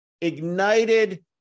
ignited